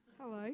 Hello